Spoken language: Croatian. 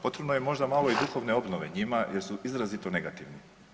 Potrebno je možda malo i duhovne obnove njima, jer su izrazito negativni.